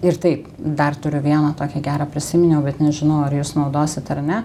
ir taip dar turiu vieną tokią gerą prisiminiau bet nežinau ar jūs naudosit ar ne